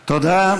תודה.